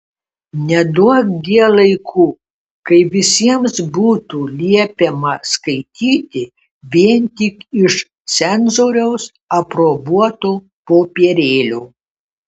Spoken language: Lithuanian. neduokdie laikų kai visiems būtų liepiama skaityti vien tik iš cenzoriaus aprobuoto popierėlio